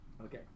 Okay